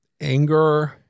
anger